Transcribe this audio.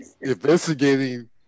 investigating